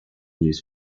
news